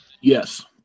Yes